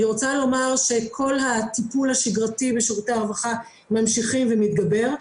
אני רוצה לומר שכל הטיפול השגרתי בשירותי הרווחה ממשיך ומתגבר,